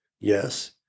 Yes